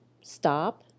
stop